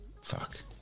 Fuck